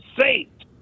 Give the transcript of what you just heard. saint